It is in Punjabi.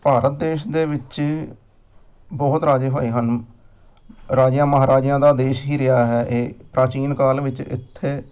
ਭਾਰਤ ਦੇਸ਼ ਦੇ ਵਿੱਚ ਬਹੁਤ ਰਾਜੇ ਹੋਏ ਹਨ ਰਾਜਿਆਂ ਮਹਾਰਾਜਿਆਂ ਦਾ ਦੇਸ਼ ਹੀ ਰਿਹਾ ਹੈ ਇਹ ਪ੍ਰਾਚੀਨ ਕਾਲ ਵਿੱਚ ਇੱਥੇ